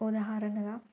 ఉదాహరణకు